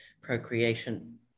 procreation